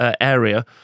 area